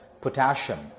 potassium